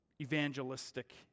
evangelistic